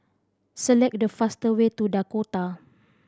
select the fastest way to Dakota